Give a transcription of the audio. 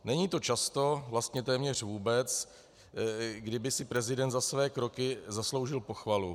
Není to často, vlastně téměř vůbec, kdy by si prezident za své kroky zasloužil pochvalu.